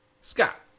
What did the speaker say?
Scott